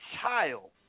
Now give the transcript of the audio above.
child